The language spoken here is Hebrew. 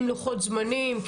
עם לוחות זמנים.